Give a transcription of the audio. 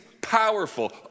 powerful